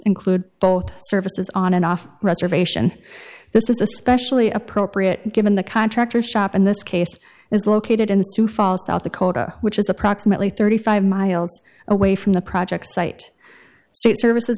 include both services on and off reservation this is especially appropriate given the contractor shop in this case is located in sioux falls south dakota which is approximately thirty five miles away from the project site state services